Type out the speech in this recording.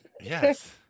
yes